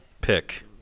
pick